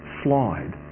slide